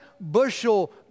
bushel